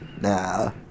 Nah